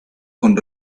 con